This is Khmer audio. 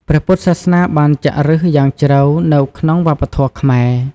ព្រះពុទ្ធសាសនាបានចាក់ឫសយ៉ាងជ្រៅនៅក្នុងវប្បធម៌ខ្មែរ។